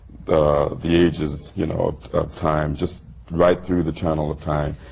the the ages you know of of time, just right through the channel of time.